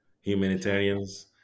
humanitarians